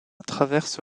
traverse